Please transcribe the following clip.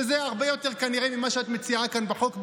שזה הרבה יותר כנראה ממה שאת מציעה כאן בחוק.